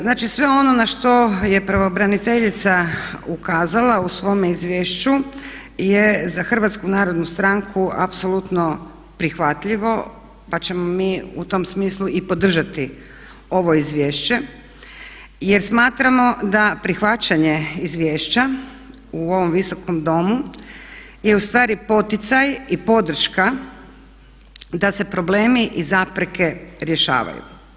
Znači sve ono na što je pravobraniteljica ukazala u svome izvješću je za Hrvatsku narodnu stranku apsolutno prihvatljivo pa ćemo mi u tom smislu i podržati ovo izvješće jer smatramo da prihvaćanje izvješća u ovom visokom domu je ustvari poticaj i podrška da se problemi i zapreke rješavaju.